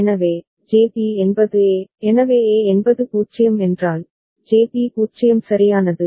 எனவே JB என்பது A எனவே A என்பது 0 என்றால் JB 0 சரியானது